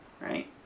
right